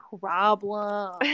problem